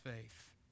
faith